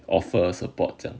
offer support 这样